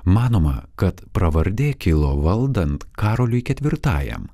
manoma kad pravardė kilo valdant karoliui ketvirtajam